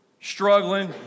struggling